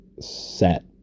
set